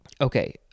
Okay